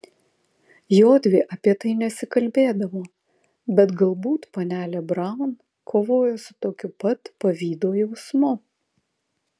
jodvi apie tai nesikalbėdavo bet galbūt panelė braun kovojo su tokiu pat pavydo jausmu